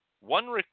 one